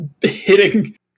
hitting